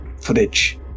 footage